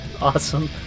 Awesome